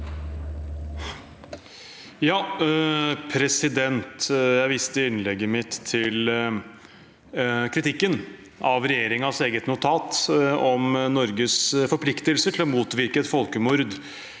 (R) Jeg viste i innlegget mitt til kritikken av regjeringens eget notat om Norges forpliktelser til å motvirke et folkemord,